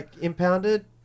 impounded